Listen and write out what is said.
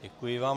Děkuji vám.